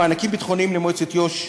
מענקים ביטחוניים למועצת יו"ש,